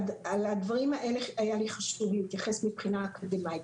לדברים האלה היה לי חשוב להתייחס מבחינה אקדמאית.